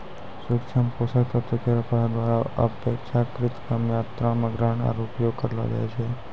सूक्ष्म पोषक तत्व केरो पौधा द्वारा अपेक्षाकृत कम मात्रा म ग्रहण आरु उपयोग करलो जाय छै